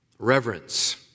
reverence